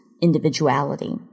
individuality